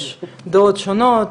יש דעות שונות,